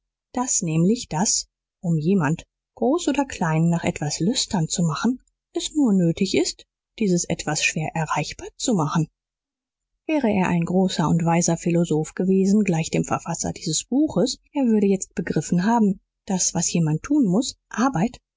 das nämlich daß um jemand groß oder klein nach etwas lüstern zu machen es nur nötig ist dieses etwas schwer erreichbar zu machen wäre er ein großer und weiser philosoph gewesen gleich dem verfasser dieses buches er würde jetzt begriffen haben daß was jemand tun muß arbeit